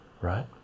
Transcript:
right